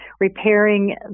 repairing